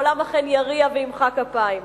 העולם אכן יריע וימחא כפיים.